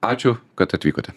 ačiū kad atvykote